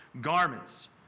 garments